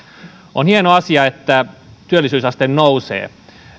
on hieno asia että työllisyysaste nousee